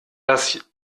das